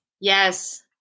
Yes